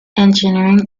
engineering